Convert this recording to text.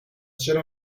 چرا